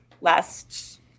last